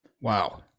Wow